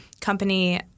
company